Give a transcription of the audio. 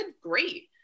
great